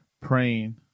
praying